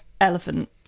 elephant